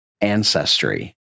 ancestry